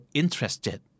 interested